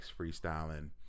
freestyling